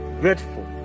grateful